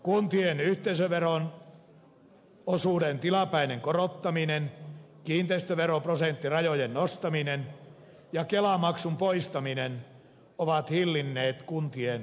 kuntien yhteisövero osuuden tilapäinen korottaminen kiinteistöveroprosenttirajojen nostaminen ja kelamaksun poistaminen ovat hillinneet kuntien velkaantumista